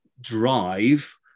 drive